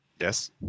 Yes